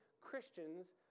Christians